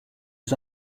his